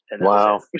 Wow